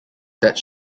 that